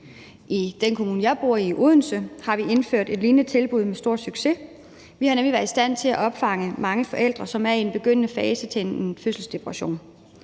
I den kommune, jeg bor i, Odense, har vi indført et lignende tilbud med stor succes. Vi har nemlig været i stand til at opfange mange forældre, som er i en begyndende fase til en fødselsdepression.